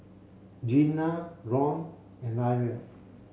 Gina Ron and Irl